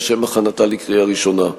לשם הכנתה לקריאה ראשונה.